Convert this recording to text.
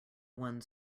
one